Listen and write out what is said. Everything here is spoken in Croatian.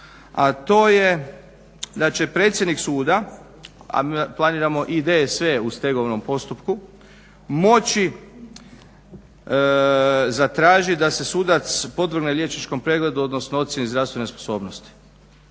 a to je da će predsjednik suda a planiramo i DSV u stegovnom postupku moći zatražiti da se sudac podvrgne liječničkom pregledu, odnosno ocjeni zdravstvene sposobnosti.